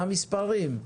מה המספרים?